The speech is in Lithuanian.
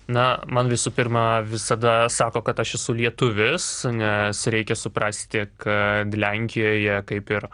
na man visų pirma visada sako kad aš esu lietuvis nes reikia suprasti kad lenkijoje kaip ir